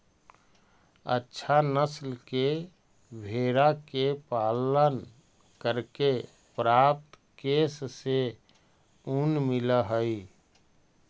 अच्छा नस्ल के भेडा के पालन करके प्राप्त केश से ऊन मिलऽ हई